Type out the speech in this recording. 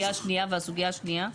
והסוגיה השנייה?